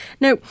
Now